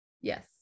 Yes